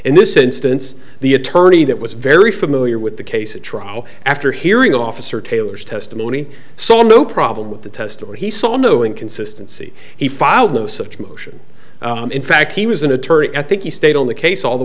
in this instance the attorney that was very familiar with the case at trial after hearing officer taylor's testimony saw no problem with the test or he saw no inconsistency he filed no such motion in fact he was an attorney at think he stayed on the case all the